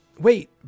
wait